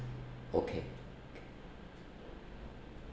okay